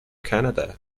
canada